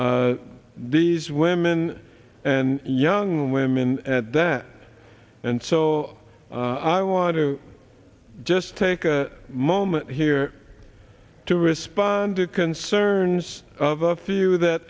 these women and young women at that and so i want to just take a moment here to respond to concerns of a few that